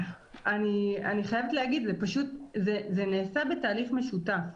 אני חייבת להגיד, זה נעשה בתהליך משותף.